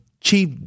Chief